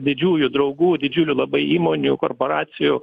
didžiųjų draugų didžiulių labai įmonių korporacijų